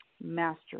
Master